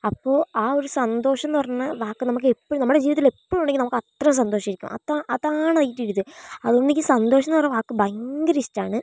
അപ്പോ ആ ഒരു സന്തോഷംന്ന് പറഞ്ഞ വാക്ക് നമക്ക് എപ്പഴും നമ്മടെ ജീവിതത്തില് എപ്പഴും ഉണ്ടെങ്കി നമക്ക് അത്രേയും സന്തോഷമായിരിക്കും അതാ അതാണ് അതിൻ്റൊരിത് അതോണ്ട് എനിക്ക് സന്തോഷം എന്ന വാക്ക് ഭയങ്കര ഇഷ്ടാണ്